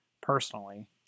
personally